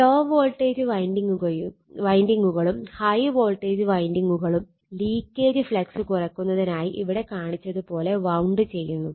law voltage വൈൻഡിങ്ങുകളും high voltage വൈൻഡിങ്ങുകളും leakage flux കുറയ്ക്കുന്നതിനായി ഇവിടെ കാണിച്ചത് പോലെ വൌണ്ട് ചെയ്യുന്നു